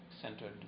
centered